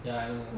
ya I know